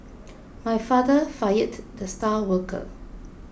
my father fired the star worker